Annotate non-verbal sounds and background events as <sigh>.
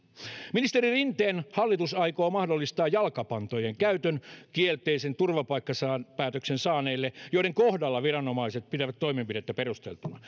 ministeri rinteen hallitus aikoo mahdollistaa jalkapantojen käytön niille kielteisen turvapaikkapäätöksen saaneille joiden kohdalla viranomaiset pitävät toimenpidettä perusteltuna <unintelligible>